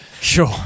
Sure